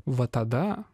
va tada